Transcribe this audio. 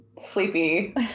sleepy